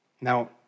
Now